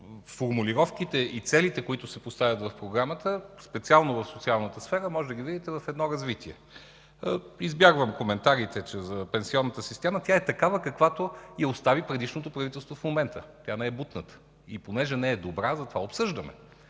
Формулировките и целите, които се поставят в Програмата, специално в социалната сфера, можете да ги видите в развитие. Избягвам коментарите за пенсионната система – в момента тя е такава, каквато я остави предишното правителство, не е бутната. И понеже не е добра, затова обсъждаме,